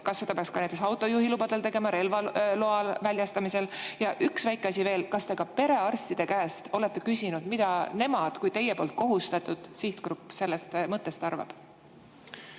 ka näiteks autojuhilubade puhul ja relvaloa väljastamisel? Ja üks väike asi veel: kas te ka perearstide käest olete küsinud, mida nemad kui teie poolt kohustatud sihtgrupp sellest mõttest arvavad?